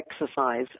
exercise